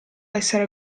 essere